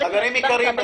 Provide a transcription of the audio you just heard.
חברים יקרים,